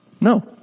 No